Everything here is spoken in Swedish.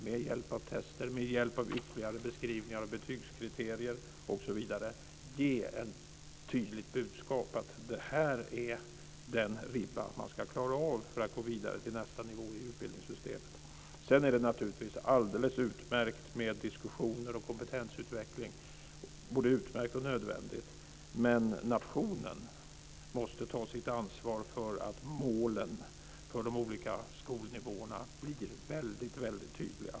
Med hjälp av test, ytterligare beskrivningar, betygskriterier osv. ska man ge ett tydligt budskap: Det här är den ribba man ska klara av för att gå vidare till nästa nivå i utbildningssystemet. Det är naturligtvis både alldeles utmärkt och nödvändigt med diskussioner och kompetensutveckling. Men nationen måste ta sitt ansvar för att målen för de olika skolnivåerna blir väldigt tydliga.